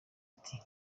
ati